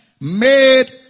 Made